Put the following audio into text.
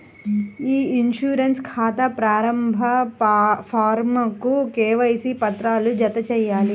ఇ insurance ఖాతా ప్రారంభ ఫారమ్కు కేవైసీ పత్రాలను జతచేయాలి